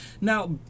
Now